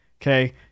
okay